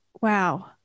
wow